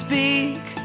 Speak